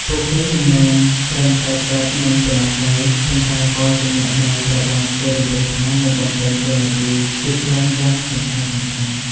ពួកគេមិនមែនត្រឹមតែកើតមុនប៉ុណ្ណោះទេ ប៉ុន្តែក៏ជាអ្នកដែលត្រូវបានគេរំពឹងថានឹងបំពេញតួនាទីជាច្រើនយ៉ាងសំខាន់ៗ។